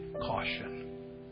caution